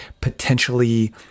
potentially